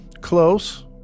Close